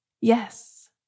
Yes